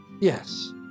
yes